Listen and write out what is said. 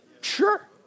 Sure